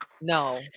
No